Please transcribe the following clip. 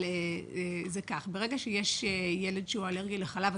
ברגע שיש ילד שהוא אלרגי לחלב,